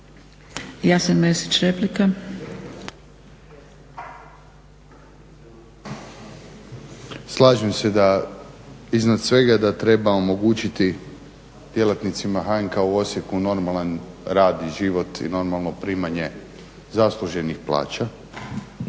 Jasen (HDZ)** Slažem se iznad svega da treba omogućiti djelatnici HNK u Osijeku normalan rad i život i normalno primanje zasluženih plaća.